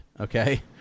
Okay